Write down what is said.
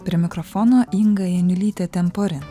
prie mikrofono inga janiulytė tenporen